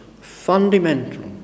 fundamental